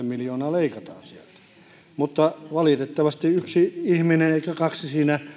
miljoonaa leikataan sieltä mutta valitettavasti ei yksi ihminen eikä kaksi siinä